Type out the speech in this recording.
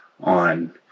on